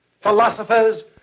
Philosophers